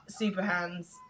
Superhands